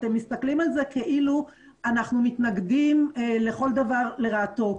אתם מסתכלים על זה כאילו אנחנו מתנגדים לכל דבר לרעתו.